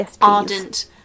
ardent